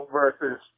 versus